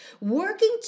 Working